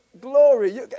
Glory